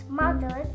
mother